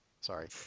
Sorry